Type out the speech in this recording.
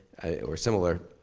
or similar.